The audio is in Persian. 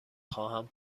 خواهم